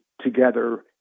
together